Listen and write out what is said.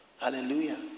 Hallelujah